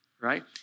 right